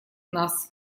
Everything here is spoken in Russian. нас